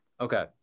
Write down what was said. Okay